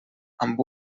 amb